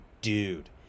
dude